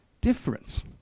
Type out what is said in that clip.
difference